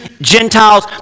Gentiles